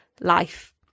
life